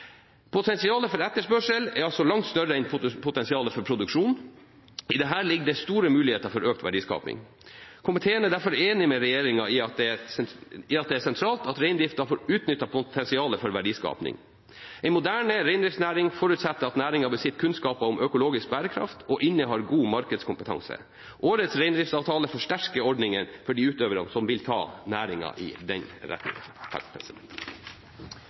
Potensialet for etterspørsel er langt større enn potensialet for produksjon. I dette ligger det store muligheter for økt verdiskaping. Komiteen er derfor enig med regjeringen i at det er sentralt at reindriften får utnyttet potensialet for verdiskaping. En moderne reindriftsnæring forutsetter at næringen besitter kunnskap om økologisk bærekraft og innehar god markedskompetanse. Årets reindriftsavtale forsterker ordningene for de utøverne som vil ta næringen i den